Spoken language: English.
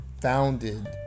founded